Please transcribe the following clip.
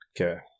Okay